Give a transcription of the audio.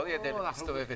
לא תהיה דלת מסתובבת.